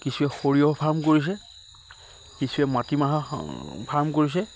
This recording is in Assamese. কিছুৱে সৰিয়হ ফাৰ্ম কৰিছে কিছুৱে মাটিমাহৰ ফাৰ্ম কৰিছে